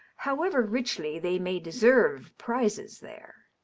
however richly they may deserve prizes there.